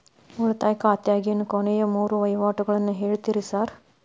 ಉಳಿತಾಯ ಖಾತ್ಯಾಗಿನ ಕೊನೆಯ ಮೂರು ವಹಿವಾಟುಗಳನ್ನ ಹೇಳ್ತೇರ ಸಾರ್?